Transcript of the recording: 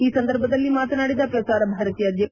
ಈ ಸಂದರ್ಭದಲ್ಲಿ ಮಾತನಾಡಿದ ಪ್ರಸಾರ ಭಾರತೀಯ ಅಧ್ಯಕ್ಷ ಎ